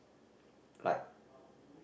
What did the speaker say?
like